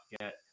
get